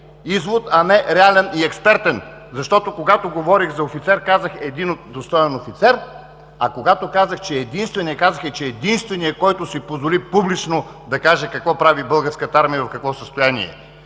извод, а не реален и експертен? Защото, когато говорех за офицер, казах: един достоен офицер. А когато казах, че е единственият, казах, че е единственият, който си позволи публично да каже какво прави Българската армия и в какво състояние